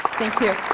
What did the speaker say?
thank you.